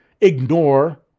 ignore